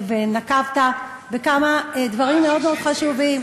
ונקבת בכמה דברים מאוד מאוד חשובים,